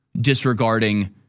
disregarding